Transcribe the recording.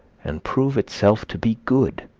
and prove itself to be good,